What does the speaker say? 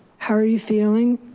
how are you feeling?